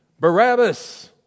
Barabbas